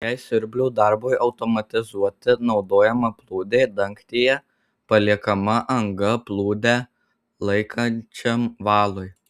jei siurblių darbui automatizuoti naudojama plūdė dangtyje paliekama anga plūdę laikančiam valui